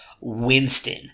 Winston